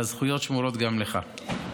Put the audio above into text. והזכויות שמורות גם לך.